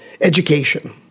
education